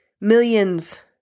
millions